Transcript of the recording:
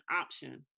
option